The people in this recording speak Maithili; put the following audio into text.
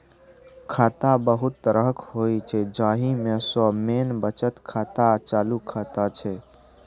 खाता बहुत तरहक होइ छै जाहि मे सँ मेन बचत खाता आ चालू खाता छै